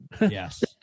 Yes